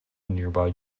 nearby